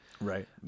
Right